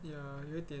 ya 有一点